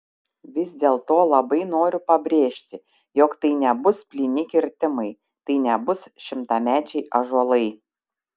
vis dėlto labai noriu pabrėžti jog tai nebus plyni kirtimai tai nebus šimtamečiai ąžuolai